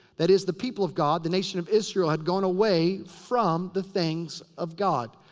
that is, the people of god. the nation of israel had gone away from the things of god.